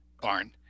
barn